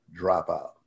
dropout